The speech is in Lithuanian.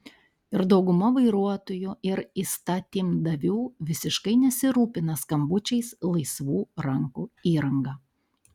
ir dauguma vairuotojų ir įstatymdavių visiškai nesirūpina skambučiais laisvų rankų įranga